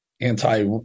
Anti